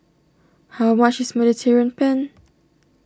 how much is Mediterranean Penne